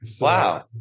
Wow